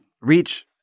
reach